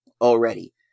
already